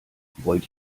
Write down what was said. wollt